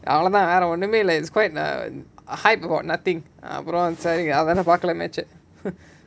அவ்ளோ வேற ஒண்ணுமே இல்ல:avlo vera onnumae illa it's quite known a hype about nothing அப்புறம் பார்க்கல:appuram paarkkala match you